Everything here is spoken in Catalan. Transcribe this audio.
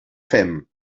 fem